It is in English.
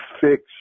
fix